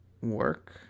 work